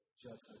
judgment